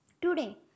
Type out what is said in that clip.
today